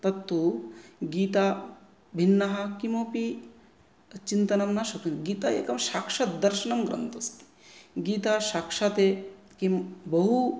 तत् तु गीता भिन्नः किमपि चिन्तनं न शक्यं गीता एका साक्षात् दर्शनं ग्रन्थम् अस्ति गीता साक्षात् किं बहु